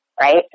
right